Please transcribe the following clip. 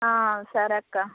సరే అక్క